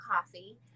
coffee